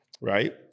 right